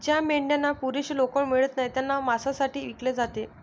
ज्या मेंढ्यांना पुरेशी लोकर मिळत नाही त्यांना मांसासाठी विकले जाते